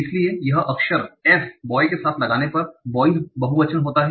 इसलिए यह अक्षर s बॉय के साथ लगाने पर बोइस बहुवचन होता है